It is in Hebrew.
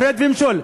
הפרד ומשול.